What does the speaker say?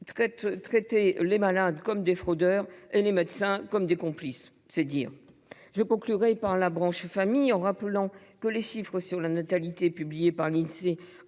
traiter les malades comme des fraudeurs et les médecins comme des complices. C’est dire ! Je conclurai en évoquant la branche famille, pour rappeler que les chiffres de la natalité publiés par l’Insee